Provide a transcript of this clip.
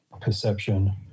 perception